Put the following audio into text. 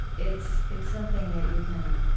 it's it's something that you can